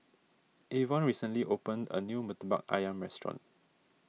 Avon recently opened a new Murtabak Ayam restaurant